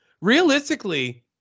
realistically